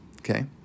okay